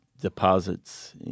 deposits